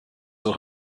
auch